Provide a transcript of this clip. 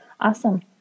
Awesome